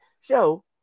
show